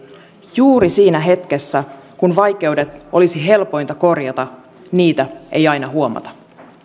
juuri siinä hetkessä kun vaikeudet olisi helpointa korjata niitä ei aina huomata